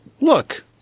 Look